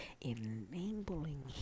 enabling